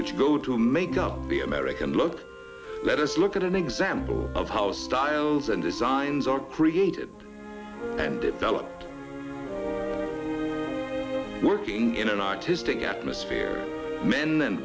which go to make up the american look let us look at an example of how styles and designs are created and developed working in an artistic atmosphere men and